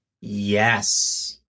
Yes